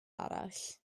arall